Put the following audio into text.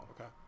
Okay